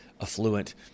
affluent